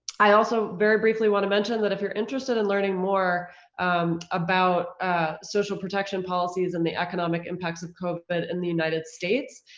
i also very briefly wanna mention that if you're interested in learning more about social protection policies and the economic impacts of covid in the united states,